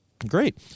Great